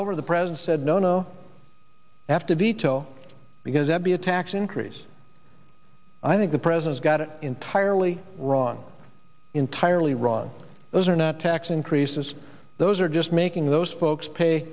over the presence said no no i have to veto because i be a tax increase i think the president's got it entirely wrong entirely wrong those are not tax increases those are just making those folks pay